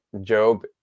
Job